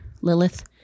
Lilith